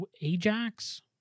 Ajax